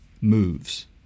moves